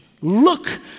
Look